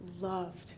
loved